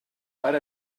per